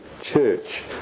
church